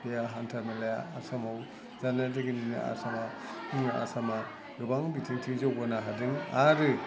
बेया हान्था मेलाया आसामाव जानाया थिगैनो आसामाव आसामाव गोबां बिथिंथिं जौगानो हादों आरो